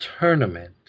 tournament